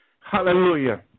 Hallelujah